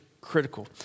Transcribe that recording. critical